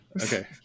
Okay